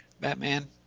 Batman